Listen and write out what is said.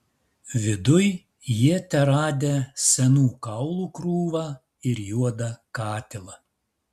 viduj jie teradę senų kaulų krūvą ir juodą katilą